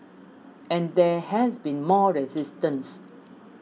and there has been more resistance